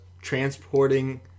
transporting